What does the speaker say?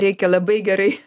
reikia labai gerai